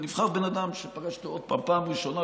ונבחר בן אדם שפגשתי אותו בפעם הראשונה.